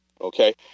Okay